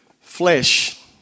Flesh